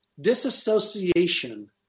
disassociation